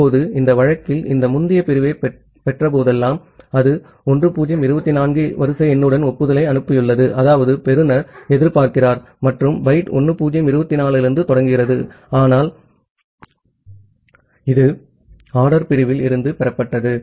இப்போது இந்த வழக்கில் இந்த முந்தைய பிரிவைப் பெற்ற போதெல்லாம் அது 1024 என வரிசை எண்ணுடன் ஒப்புதலை அனுப்பியுள்ளது அதாவது பெறுநர் எதிர்பார்க்கிறார் மற்றும் பைட் 1024 இலிருந்து தொடங்குகிறது ஆனால் இது ஆர்டர் பிரிவில் இருந்து பெறப்பட்டது